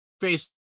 face